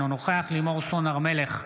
אינו נוכח לימור סון הר מלך,